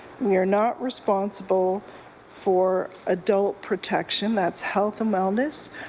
we're not responsible for adult protection. that's health and wellness.